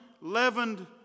Leavened